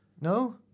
no